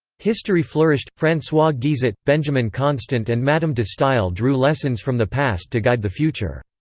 history flourished francois guizot, benjamin constant and madame de stael drew lessons from the past to guide the future.